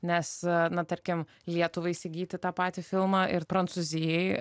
nes na tarkim lietuvai įsigyti tą patį filmą ir prancūzijai